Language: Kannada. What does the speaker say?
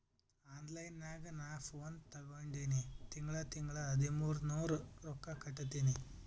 ಆನ್ಲೈನ್ ನಾಗ್ ನಾ ಫೋನ್ ತಗೊಂಡಿನಿ ತಿಂಗಳಾ ತಿಂಗಳಾ ಹದಿಮೂರ್ ನೂರ್ ರೊಕ್ಕಾ ಕಟ್ಟತ್ತಿನಿ